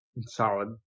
Solid